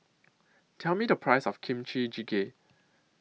Tell Me The Price of Kimchi Jjigae